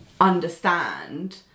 understand